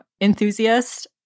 enthusiast